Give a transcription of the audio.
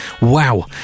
Wow